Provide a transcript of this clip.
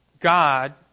God